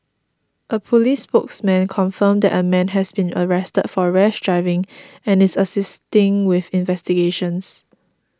a police spokesman confirmed that a man has been arrested for rash driving and is assisting with investigations